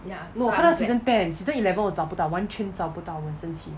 no 我看到 season ten season eleven 我找不到完全找不到我很生气